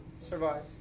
survive